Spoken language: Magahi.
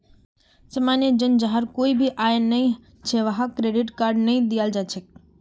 सामान्य जन जहार कोई भी आय नइ छ वहाक क्रेडिट कार्ड नइ दियाल जा छेक